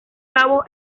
cabo